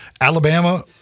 Alabama